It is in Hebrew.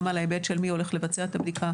גם על ההיבט של מי הולך לבצע את הבדיקה,